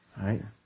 right